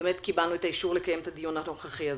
קיבלנו את האישור לקיים את הדיון הנוכחי הזה.